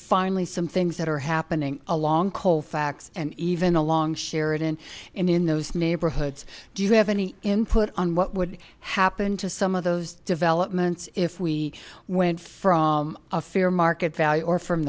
finally some things that are happening along colfax and even along sheridan and in those neighborhoods do you have any input on what would happen to some of those developments if we went from a fair market value or from